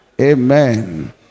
Amen